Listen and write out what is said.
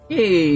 Hey